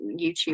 YouTube